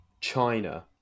China